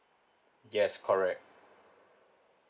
yes correct